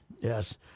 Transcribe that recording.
Yes